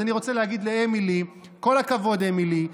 אז אני רוצה להגיד לאמילי: כל הכבוד, אמילי.